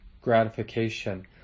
gratification